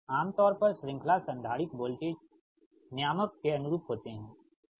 आम तौर पर श्रृंखला संधारित्र वोल्टेज नियामक के अनुरूप होते हैं